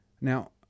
Now